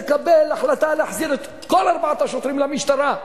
לקבל החלטה להחזיר את כל ארבעת השוטרים למשטרה.